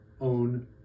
own